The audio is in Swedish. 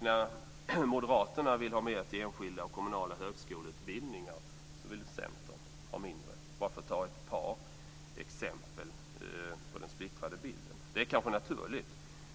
När Moderaterna vill ha mer till enskilda och kommunala högskoleutbildningar vill Centern ha mindre - bara för att ta ett par exempel på den splittrade bilden. Detta är kanske naturligt,